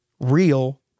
real